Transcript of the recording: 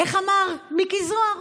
איך אמר מיקי זוהר?